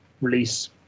release